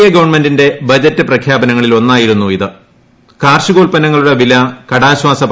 A ഗവൺമെന്റിന്റെ budget പ്രഖ്യാപനങ്ങളിലൊന്നായിരുന്നു കാർഷികോത്പന്നങ്ങളുടെ വില കടാശ്വാസ ഇത്